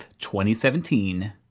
2017